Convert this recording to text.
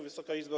Wysoka Izbo!